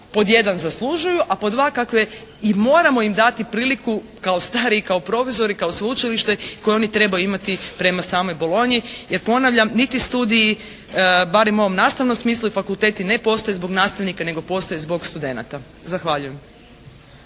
pod jedan zaslužuju, a pod dva kakve i moramo im dati priliku kao stariji, kao profesori, kao sveučilište koji oni trebaju imati prema samoj Bologni. Jer ponavljam, niti studiji barem u ovom nastavnom smislu i fakulteti ne postoje zbog nastavnika nego postoje zbog studenata. Zahvaljujem.